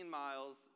miles